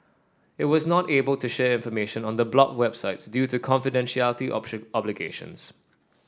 it was not able to share information on the blocked websites due to obligations